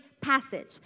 passage